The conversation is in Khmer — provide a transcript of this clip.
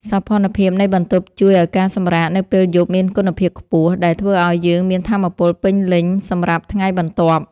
សោភ័ណភាពនៃបន្ទប់ជួយឱ្យការសម្រាកនៅពេលយប់មានគុណភាពខ្ពស់ ដែលធ្វើឱ្យយើងមានថាមពលពេញលេញសម្រាប់ថ្ងៃបន្ទាប់។